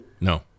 No